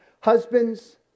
Husbands